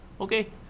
okay